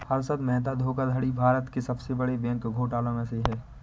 हर्षद मेहता धोखाधड़ी भारत के सबसे बड़े बैंक घोटालों में से है